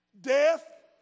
Death